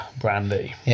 brandy